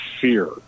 fear